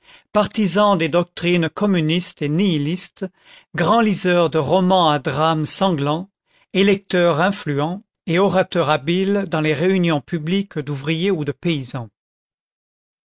partisan des doctrines communistes et nihilistes grand liseur de romans à drames sanglants électeur influent et orateur habile dans les réunions publiques d'ouvriers ou de paysans